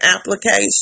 application